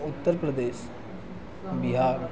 Uttar Pradesh Bihar